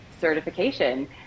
certification